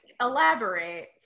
elaborate